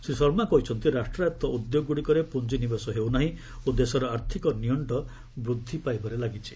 ଶ୍ରୀ ଶର୍ମା କହିଛନ୍ତି ରାଷ୍ଟ୍ରାୟତ ଉଦ୍ୟୋଗଗୁଡ଼ିକରେ ପୁଞ୍ଜିନିବେଶ ହେଉନାହିଁ ଓ ଦେଶର ଆର୍ଥିକ ନିଅଣ୍ଟ ବୃଦ୍ଧି ପାଇଚାଲିଛି